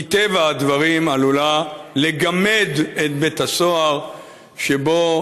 מטבע הדברים עלולה לגמד את בית הסוהר שבו